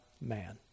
man